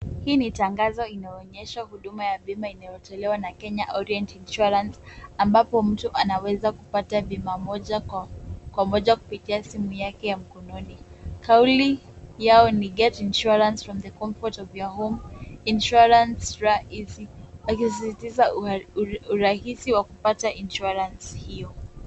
Hii ni tangazo inaonyesha huduma ya bima inayotolewa na Kenya Orient Insurance ambapo mtu anaweza kupata bima moja kwa moja kupitia simu yake ya mkononi. Kauli yao ni Get insurance from the comfort of your home. Insurance rahisi, wakisisitiza urahisi wa kupata insurance hiyo.